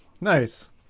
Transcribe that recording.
Nice